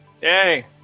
Yay